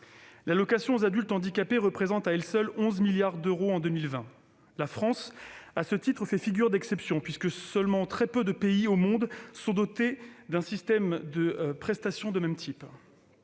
L'allocation aux adultes handicapés représente à elle seule 11 milliards d'euros en 2020. La France, à ce titre, fait figure d'exception, puisque très peu de pays au monde sont dotés d'un système de prestation du même type.